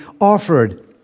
offered